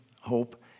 hope